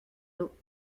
dos